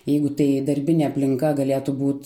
jeigu tai darbinė aplinka galėtų būt